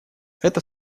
это